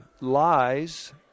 lies